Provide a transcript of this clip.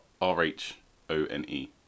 R-H-O-N-E